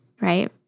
Right